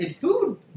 Food